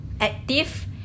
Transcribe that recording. Active